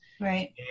Right